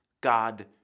God